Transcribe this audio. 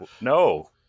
no